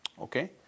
Okay